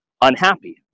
unhappy